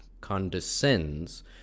condescends